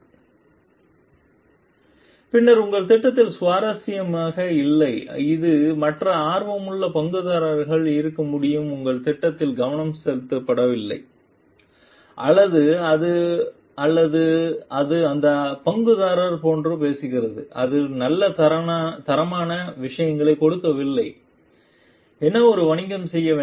slide நேரம் 3307 பார்க்கவும் பின்னர் உங்கள் திட்டம் சுவாரஸ்யமாக இல்லை இது மற்ற ஆர்வமுள்ள பங்குதாரர்கள் இருக்க முடியும் உங்கள் திட்டம் கவனித்துக் கொள்ளப்படவில்லை அல்லது அது அல்லது அது அந்த பங்குதாரர் போன்ற பேசுகிறது அது நல்ல தரமான விஷயங்களை கொடுக்கவில்லை என்ன ஒரு வணிக செய்ய வேண்டும்